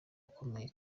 akomeye